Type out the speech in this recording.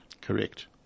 Correct